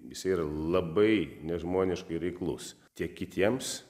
jisai yra labai nežmoniškai reiklus tiek kitiems